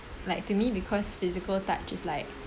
like to me because physical touch is like